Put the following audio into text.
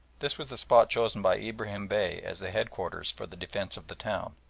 this was the spot chosen by ibrahim bey as the headquarters for the defence of the town,